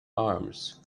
arms